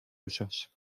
usos